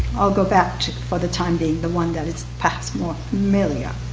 i'll go back for the time being, the one that is perhaps more familiar.